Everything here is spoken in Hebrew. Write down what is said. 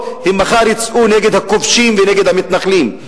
מחר יצאו נגד הכובשים ונגד המתנחלים.